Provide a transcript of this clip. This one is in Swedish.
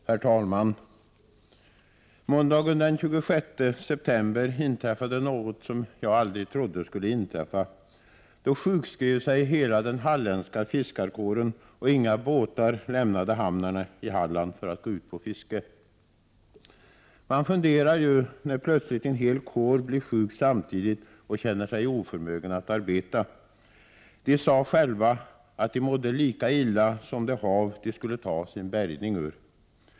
Herr talman! Måndagen den 26 september inträffade något som jag aldrig trodde kunde inträffa. Då sjukskrev sig hela den halländska fiskarkåren, och inga båtar lämnade hamnarna i Halland för att gå ut på fiske. Man funderade ju när plötsligt en hel kår blir sjuk samtidigt och känner sig oförmögen att arbeta. Fiskarna sade själva att de mådde lika illa som det hav de skulle ta sin bärgning ur.